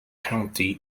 county